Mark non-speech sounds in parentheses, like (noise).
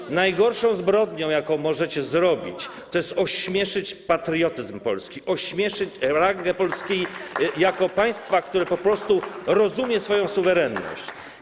Otóż najgorszą zbrodnią, jaką możecie zrobić, jest ośmieszenie patriotyzmu polskiego, (applause) ośmieszenie rangi Polski jako państwa, które po prostu rozumie swoją suwerenność.